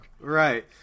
Right